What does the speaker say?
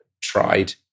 tried